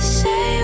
say